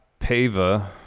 Pava